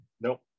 Nope